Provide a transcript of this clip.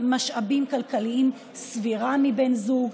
משאבים כלכליים סבירה מבן זוג.